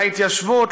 להתיישבות,